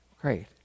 great